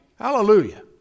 Hallelujah